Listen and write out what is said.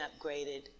upgraded